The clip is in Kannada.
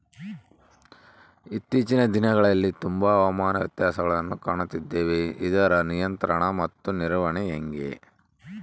ಇತ್ತೇಚಿನ ದಿನಗಳಲ್ಲಿ ತುಂಬಾ ಹವಾಮಾನ ವ್ಯತ್ಯಾಸಗಳನ್ನು ಕಾಣುತ್ತಿದ್ದೇವೆ ಇದರ ನಿಯಂತ್ರಣ ಮತ್ತು ನಿರ್ವಹಣೆ ಹೆಂಗೆ?